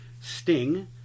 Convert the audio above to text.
Sting